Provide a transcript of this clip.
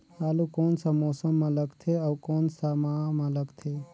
आलू कोन सा मौसम मां लगथे अउ कोन सा माह मां लगथे?